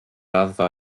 raddfa